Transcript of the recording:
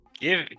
give